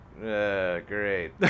great